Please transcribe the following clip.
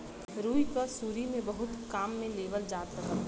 रुई क सुरु में बहुत काम में लेवल जात रहल